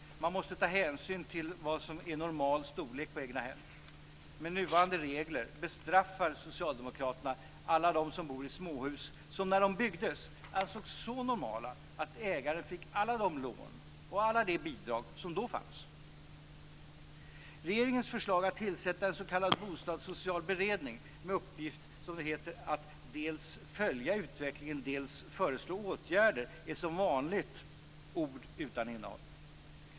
Man måste ta hänsyn till vad som är normal storlek på egnahem. Med nuvarande regler bestraffar socialdemokraterna alla dem som bor i småhus som när de byggdes ansågs vara så normala att ägaren fick alla de lån och bidrag som då fanns. Regeringens förslag att tillsätta en s.k. bostadssocial beredning med uppgift, som det heter, att dels följa utvecklingen, dels föreslå åtgärder, är som vanligt ord utan innehåll.